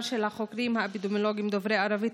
של החוקרים האפידמיולוגיים דוברי ערבית,